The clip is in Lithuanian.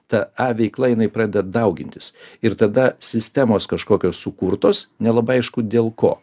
ta e veikla jinai pradeda daugintis ir tada sistemos kažkokios sukurtos nelabai aišku dėl ko